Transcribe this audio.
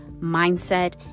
mindset